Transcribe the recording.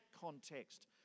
context